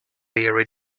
weary